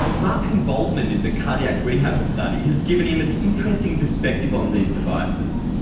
mark's involvement in the cardiac rehab study has given him an interesting perspective on these devices,